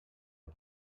der